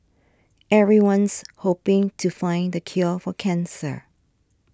everyone's hoping to find the cure for cancer